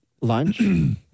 Lunch